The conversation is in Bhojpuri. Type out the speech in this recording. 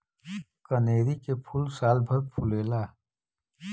कनेरी के फूल सालभर फुलेला